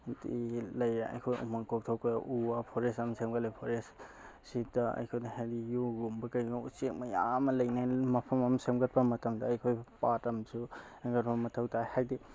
ꯅꯨꯡꯇꯤꯒꯤ ꯂꯩꯔꯦ ꯑꯩꯈꯣꯏ ꯎꯃꯪ ꯀꯣꯛꯊꯣꯛꯄ ꯎ ꯋꯥ ꯐꯣꯔꯦꯁ ꯑꯃ ꯁꯦꯝꯒꯠꯂꯦ ꯐꯣꯔꯦꯁꯁꯤꯗ ꯑꯩꯈꯣꯏꯅ ꯍꯥꯏꯗꯤ ꯖꯨꯒꯨꯝꯕ ꯀꯩꯒꯨꯝꯕ ꯎꯆꯦꯛ ꯃꯌꯥꯝ ꯑꯃ ꯂꯩꯅꯕ ꯃꯐꯝ ꯑꯃ ꯁꯦꯝꯒꯠꯄ ꯃꯇꯝꯗ ꯑꯩꯈꯣꯏ ꯄꯥꯠ ꯑꯃꯁꯨ ꯁꯦꯝꯒꯠꯄ ꯃꯊꯧ ꯇꯥꯏ ꯍꯥꯏꯕꯗꯤ